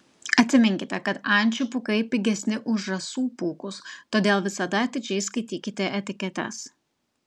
atsiminkite kad ančių pūkai pigesni už žąsų pūkus todėl visada atidžiai skaitykite etiketes